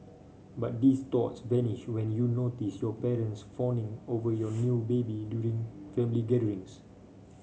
but these thoughts vanished when you notice your parents fawning over your new baby during family gatherings